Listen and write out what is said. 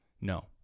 No